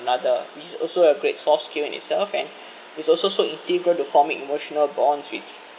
another which is also a great soft skill in itself and it's also so integral to forming emotional bonds which